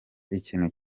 ikintu